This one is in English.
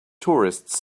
tourists